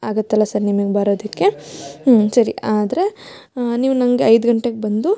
ಆಗುತ್ತಲ್ಲ ಸರ್ ನಿಮಗ್ ಬರೋದಕ್ಕೆ ಹ್ಞೂ ಸರಿ ಆದರೆ ನೀವು ನನಗೆ ಐದು ಗಂಟೆಗೆ ಬಂದು